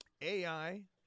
AI